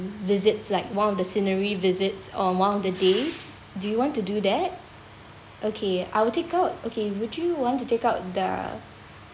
visits like one of the scenery visits on one of the days do you want to do that okay I'll take out okay would you want to take out the